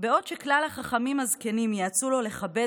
בעוד שכלל החכמים הזקנים ייעצו לו לכבד